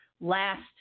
last